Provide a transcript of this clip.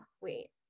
wait